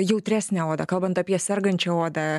jautresnę odą kalbant apie sergančią odą